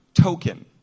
token